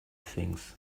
things